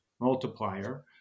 multiplier